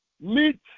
meet